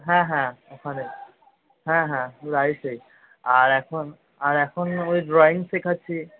হ্যাঁ হ্যাঁ ওখানে হ্যাঁ হ্যাঁ রাইসেই আর এখন আর এখন ওই ড্রয়িং শেখাচ্ছি